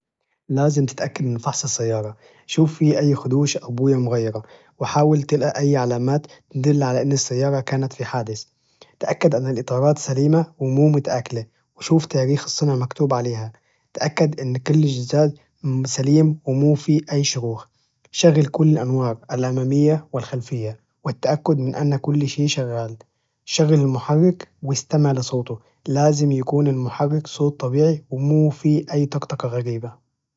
لازم تتأكد من فحص السيارة، شوف فيه أي خدوش أو بوية مغيرة، وحاول تلقى أي علامات تدل على أن السيارة كانت في حادث، تأكد أن الإطارات سليمة ومو متآكلة وشوف تاريخ السنة مكتوب عليها، تأكد أن كل الجزاز سليم ومو فيه أي شروخ، شغل كل الأنوار الأمامية والخلفية والتأكد من أن كل شي شغال، شغل المحرك واستمع لصوته لازم يكون المحرك صوته طبيعي ومو فيه أي طقطقة غريبة.